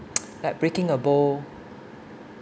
like breaking a bowl